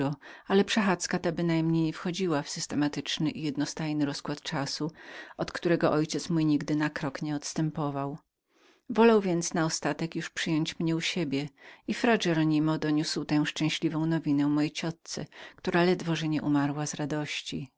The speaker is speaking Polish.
ale przechadzka ta bynajmniej nie wchodziła w systematyczny i jednostajny rozkład czasu od którego mój ojciec nigdy na krok się nanie oddalał wolał więc na ostatek już przyjąć mnie u siebie i fra heronimo doniósł tę szczęśliwą nowinę mojej ciotce która ledwo że nie umarła z radości